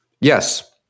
yes